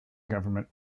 government